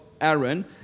Aaron